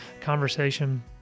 conversation